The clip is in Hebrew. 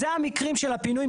זה המקרים של הפינוי.